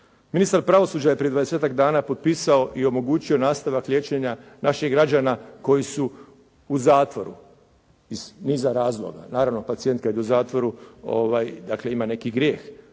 Ministar pravosuđa je prije dvadesetak dana potpisao i omogućio nastavak liječenja naših građana koji su u zatvoru iz niza razloga. Naravno, pacijent kad je u zatvoru dakle ima neki grijeh.